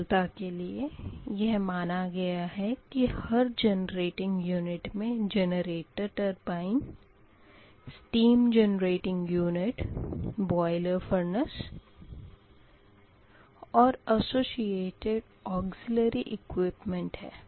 सरलता के लिए यह माना गया है कि हर जेनरेटिंग यूनिट मे generator turbine steam generating unit boiler furnace और अससोशिएटड ऑकसिलरी इक्विपमेंट है